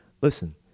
Listen